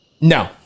No